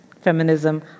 feminism